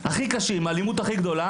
האלימות הכי גדולה,